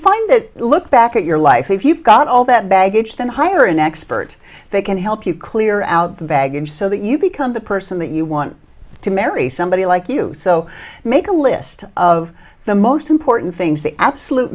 find that look back at your life if you've got all that baggage then hire an expert they can help you clear out the baggage so that you become the person that you want to marry somebody like you so make a list of the most important things the absolute